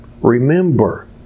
remember